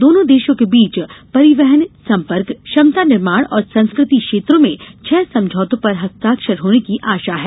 दोनों देशों के बीच परिवहन संपर्क क्षमता निर्माण और संस्कृति क्षेत्रों में छह समझौतों पर हस्तांक्षर होने की आशा है